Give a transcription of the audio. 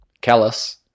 callus